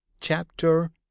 Chapter